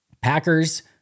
Packers